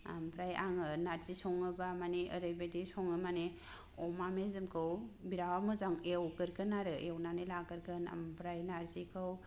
आमफ्राय आङो नारजि सङोब्ला मानि ओरैबायदि सङो मानि अमा मेजेमखौ बिराद मोजां एवगोरगोन आरो एवनानै लागोरगोन आमफ्राय नारजिखौ